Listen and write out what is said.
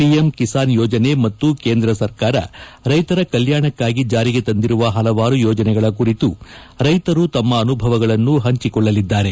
PM Kisan ಯೋಜನೆ ಮತ್ತು ಕೇಂದ್ರ ಸರ್ಕಾರ ರೈತರ ಕಲ್ಕಾಣಕಾಗಿ ಜಾರಿಗೆ ತಂದಿರುವ ಹಲವಾರು ಯೋಜನೆಗಳ ಕುರಿತು ರೈತರು ತಮ್ನ ಅನುಭವಗಳನ್ನು ಹಂಚಿಕೊಳ್ಳಲಿದ್ದಾರೆ